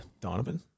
Donovan